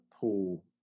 paul